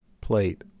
plate